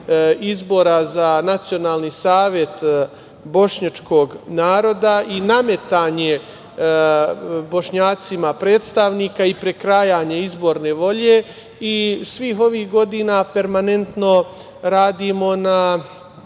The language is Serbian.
izbora za nacionalni savet bošnjačkog naroda i nametanje Bošnjacima predstavnika i prekrajanje izborne volje i svih ovih godina permanentno radimo na